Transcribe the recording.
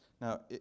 Now